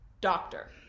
doctor